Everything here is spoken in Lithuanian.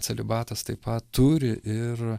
celibatas taip pat turi ir